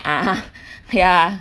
ah ya